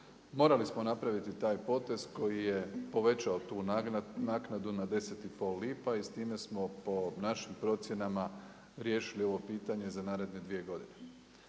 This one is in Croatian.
morali smo napraviti taj potez koji je povećao tu naknadu na 10 i pol lipa i s time smo po našim procjenama, riješili ovo pitanje za naredne dvije godine.